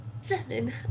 seven